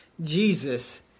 Jesus